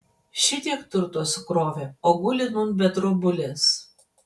šitiek turto sukrovė o guli nūn be drobulės